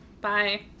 Bye